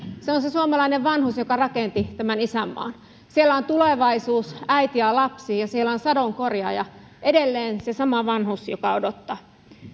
on se suomalainen vanhus joka rakensi tämän isänmaan siellä on tulevaisuus äiti ja lapsi ja siellä on sadonkorjaaja edelleen se sama vanhus joka odottaa